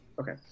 Okay